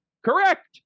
Correct